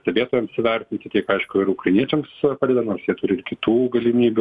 stebėtojams įvertinti tiek aišku ir ukrainiečiams padeda nors jie turi ir kitų galimybių